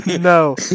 No